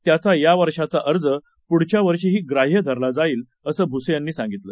त्याचा या वर्षाचा अर्ज पुढच्या वर्षीही ग्राह्य धरला जाईल असं भुसे यांनी सांगितलं